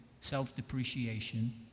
self-depreciation